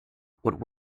what